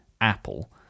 apple